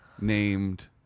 named